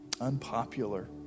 unpopular